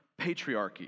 patriarchy